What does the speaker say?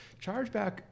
Chargeback